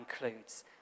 includes